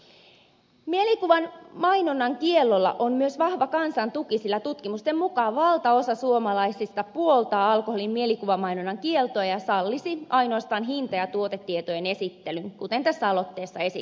mielikuvamainonnan kiellolla on myös vahva kansan tuki sillä tutkimusten mukaan valtaosa suomalaisista puoltaa alkoholin mielikuvamainonnan kieltoa ja sallisi ainoastaan hinta ja tuotetietojen esittelyn kuten tässä aloitteessa esitetään